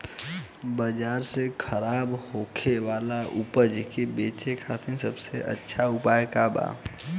बाजार में खराब होखे वाला उपज के बेचे खातिर सबसे अच्छा उपाय का बा?